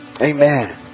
Amen